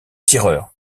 tireur